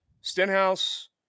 Stenhouse